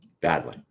Badly